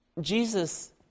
Jesus